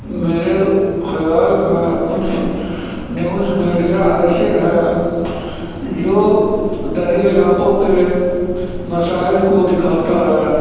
میرے خیال میں کچھ نیوز میڈیا ایسے ہے جو دہی علاقوں کے مسائل کو دکھاتا ہے